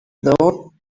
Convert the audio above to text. though